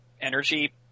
energy